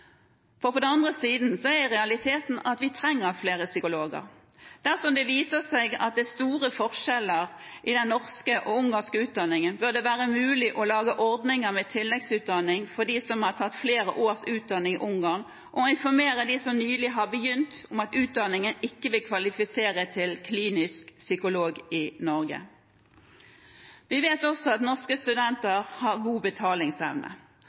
På den andre siden er realiteten at vi trenger flere psykologer. Dersom det viser seg at det er store forskjeller mellom den norske og den ungarske utdanningen, bør det være mulig å lage ordninger med tilleggsutdanning for dem som har tatt flere års utdanning i Ungarn, og informere dem som nylig har begynt, om at utdanningen ikke vil kvalifisere til klinisk psykolog i Norge. Vi vet også at norske studenter har god betalingsevne